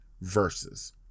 versus